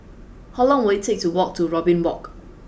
how long will it take to walk to Robin Walk